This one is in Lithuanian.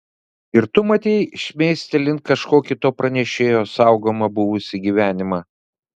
ir tu matei šmėstelint kažkokį to pranešėjo saugomą buvusį gyvenimą